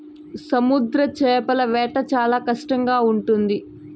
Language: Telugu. సముద్ర చేపల వేట చాలా కష్టంగా ఉంటుంది